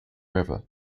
river